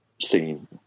scene